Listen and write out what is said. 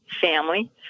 family